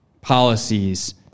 policies